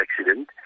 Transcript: accident